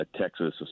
Texas